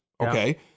okay